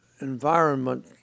environment